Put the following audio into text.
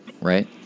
right